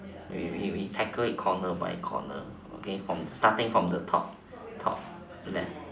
we we we tackle it corner by corner okay from starting from the top top left